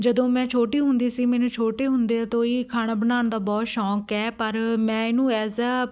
ਜਦੋਂ ਮੈਂ ਛੋਟੀ ਹੁੰਦੀ ਸੀ ਮੈਨੂੰ ਛੋਟੇ ਹੁੰਦਿਆਂ ਤੋਂ ਹੀ ਖਾਣਾ ਬਣਾਉਣ ਦਾ ਬਹੁਤ ਸ਼ੌਕ ਹੈ ਪਰ ਮੈਂ ਇਹਨੂੰ ਐਜ਼ ਆ